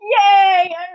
Yay